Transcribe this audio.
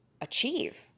achieve